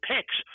picks